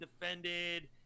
defended